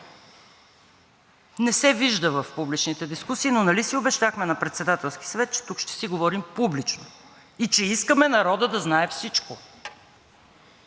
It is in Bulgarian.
Не се вижда в публичните дискусии, но нали си обещахме на Председателския съвет, че тук ще си говорим публично и че искаме народът да знае всичко.